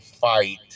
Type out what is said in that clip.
fight